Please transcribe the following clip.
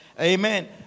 Amen